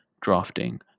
drafting